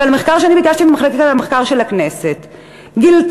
אבל מחקר שאני ביקשתי ממחלקת המחקר של הכנסת גילה,